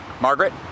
Margaret